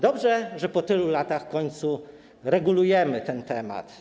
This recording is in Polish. Dobrze, że po tylu latach w końcu regulujemy ten temat.